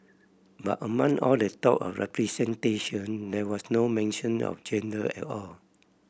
but among all the talk of representation there was no mention of gender at all